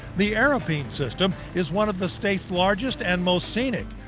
the arapeen system is one of the states largest and most scenic.